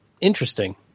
interesting